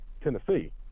Tennessee